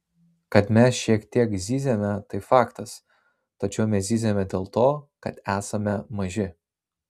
kad mes šiek tiek zyziame tai faktas tačiau mes zyziame dėl to kad esame maži